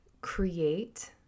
create